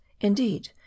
Indeed